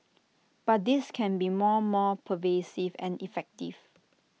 but this can be more more pervasive and effective